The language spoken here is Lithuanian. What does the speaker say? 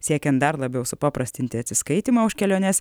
siekiant dar labiau supaprastinti atsiskaitymą už keliones